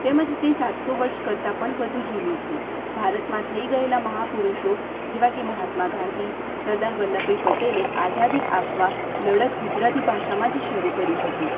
તેમજ તે સાતસો વર્ષ કરતાં પણ વધુ જૂની છે ભારતમાં થઈ ગયેલા મહાપુરુષો જેવા કે મહાત્મા ગાંધી સરદાર વલ્લભભાઈ પટેલે આઝાદી આપવા લડત ગુજરાતી ભાષામાં જ શરૂ કરી હતી